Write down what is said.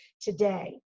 today